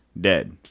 dead